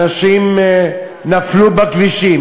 אנשים נפלו בכבישים,